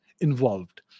involved